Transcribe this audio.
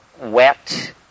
wet